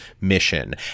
mission